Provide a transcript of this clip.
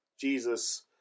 Jesus